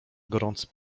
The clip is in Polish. gorący